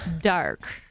dark